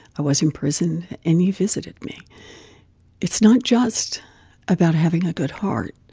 i was in prison and you visited me it's not just about having a good heart.